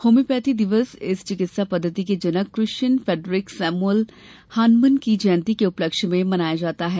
homeopathy दिवस इस चिकित्सा पद्धति के जनक क्रिश्चियन फ्रैडरिक सैमुअल हानमन की जयंती के उपलक्ष्य में मनाया जाता है